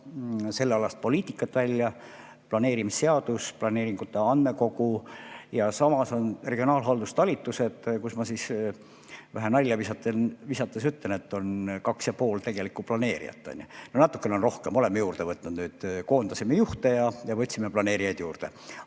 sellealast poliitikat välja, planeerimisseadus, planeeringute, andmekogu, ja samas on regionaalhaldustalitused, kus ma vähe nalja visates ütlen, et on 2,5 tegelikku planeerijat, on ju. No natuke on rohkem, oleme juurde võtnud nüüd. Koondasime juhte ja võtsime planeerijaid juurde.